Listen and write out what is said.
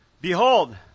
Behold